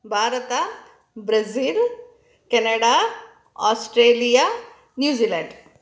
Bharat Brazil Canada Australia New Zealand